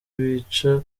bica